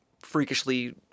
freakishly